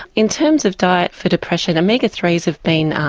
in terms of diet for depression omega three s have been um